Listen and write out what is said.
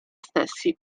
stessi